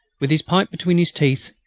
with his pipe between his teeth,